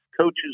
coaches